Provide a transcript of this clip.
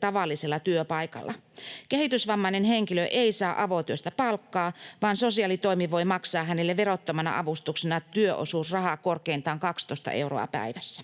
tavallisella työpaikalla. Kehitysvammainen henkilö ei saa avotyöstä palkkaa, vaan sosiaalitoimi voi maksaa hänelle verottomana avustuksena työosuusrahaa korkeintaan 12 euroa päivässä.